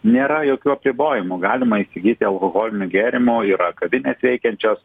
nėra jokių apribojimų galima įsigyti alkoholinių gėrimų yra kavinės veikiančios